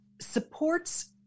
supports